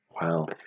Wow